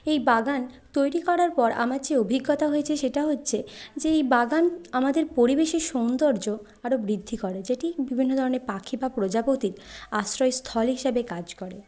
এই বাগান তৈরি করার পর আমার যে অভিজ্ঞতা হয়েছে সেটা হচ্ছে যে এই বাগান আমাদের পরিবেশের সৌন্দর্য আরও বৃদ্ধি করে যেটি বিভিন্ন ধরনের পাখি বা প্রজাপতির আশ্রয়স্থল হিসাবে কাজ করে